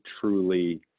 truly